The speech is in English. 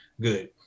good